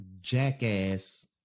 jackass